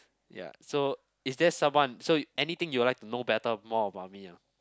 ya so is there someone so anything you would like to know better more about me a